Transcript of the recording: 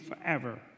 forever